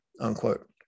unquote